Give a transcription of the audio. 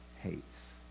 hates